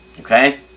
okay